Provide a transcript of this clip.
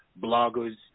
bloggers